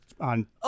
on